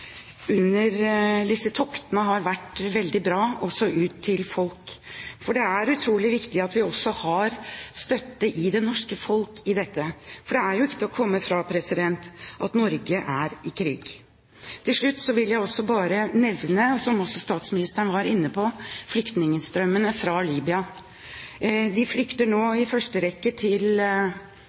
disse toktene har vært veldig bra, også ut til folk. Det er utrolig viktig at vi også har støtte i det norske folk for dette, for det er jo ikke til å komme fra at Norge er i krig. Til slutt vil jeg også bare nevne, som også statsministeren var inne på, flyktningstrømmene fra Libya. Man flykter nå i første rekke til